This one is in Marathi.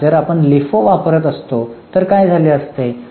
आता जर आपण लिफो वापरत असतो तर काय झाले असते